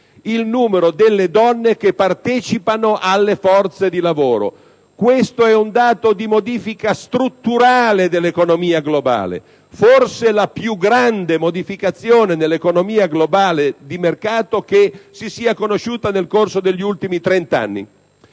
il numero delle donne che partecipano alle forze di lavoro. Questo è un dato di modifica strutturale dell'economia globale, forse la più grande modificazione nell'economia globale di mercato che si sia conosciuta nel corso degli ultimi trent'anni.